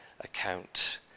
account